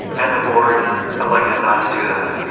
and the board elected not to do that.